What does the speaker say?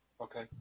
okay